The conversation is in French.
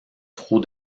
trop